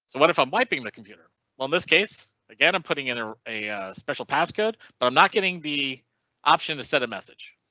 what if i'm wiping the computer on this case again i'm putting in ah a special pass code, but i'm not getting the option to send a message.